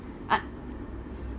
I